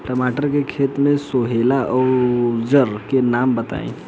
टमाटर के खेत सोहेला औजर के नाम बताई?